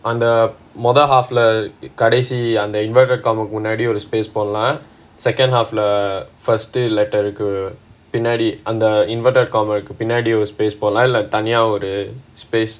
அந்த மொத:antha motha half leh கடைசி அந்த:kadaisi antha inverted commas கு முன்னாடி ஒரு:ku munnaadi oru space போடலாம்:podalaam second half first letter கு பின்னாடி அந்த:ku pinnaadi antha inverted comma கு பின்னாடி ஒரு:ku pinnaadi oru space போடலாம் இல்ல தனியா ஒரு:podalaam illa thaniyaa oru space